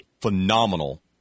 phenomenal